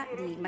di